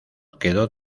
quedó